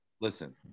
listen